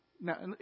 Now